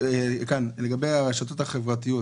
לגבי הרשתות החברתיות,